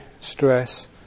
stress